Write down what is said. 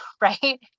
right